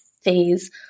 phase